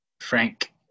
Frank